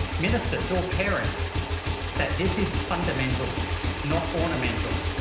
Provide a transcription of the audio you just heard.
ministers, or parents that this is fundamental not ornamental.